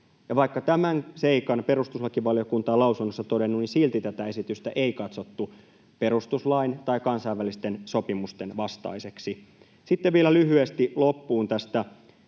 vaikka tämän seikan perustuslakivaliokunta on lausunnossaan todennut, niin silti tätä esitystä ei katsottu perustuslain tai kansainvälisten sopimusten vastaiseksi. Sitten vielä lyhyesti loppuun tästä